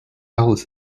alice